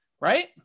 right